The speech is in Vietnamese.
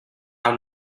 tao